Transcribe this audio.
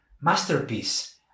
masterpiece